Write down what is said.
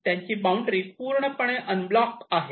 त्यांची बाउंड्री पूर्णपणे अनब्लॉक आहे